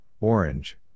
Orange